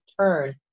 turn